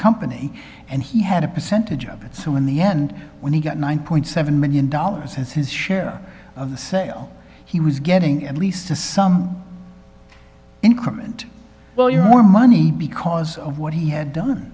company and he had a percentage of it so in the end when he got nine point seven million dollars has his share of the sale he was getting at least to some increment well you have more money because of what he had done